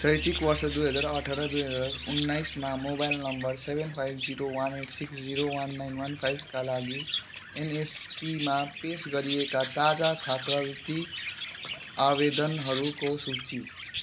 शैक्षिक वर्ष दुई हजार अठार दुई हजार उन्नाइसमा mobile number seven five zero one eight six zero one nine वान फाइभका लागि एनएसपीमा पेस गरिएका ताजा छात्रवृत्ति आवेदनहरूको सूची